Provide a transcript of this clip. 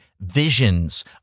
visions